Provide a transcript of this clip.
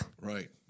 Right